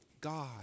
God